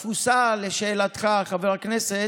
לשאלתך, חבר הכנסת,